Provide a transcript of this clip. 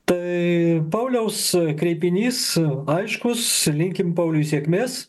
tai pauliaus kreipinys aiškus linkim pauliui sėkmės